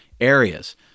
areas